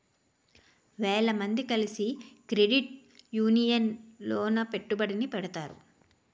వేల మంది కలిసి క్రెడిట్ యూనియన్ లోన పెట్టుబడిని పెడతారు